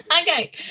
okay